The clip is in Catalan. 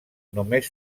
només